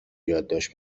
یادداشت